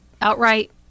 outright